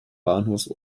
bahnhof